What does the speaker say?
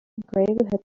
gravel